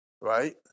right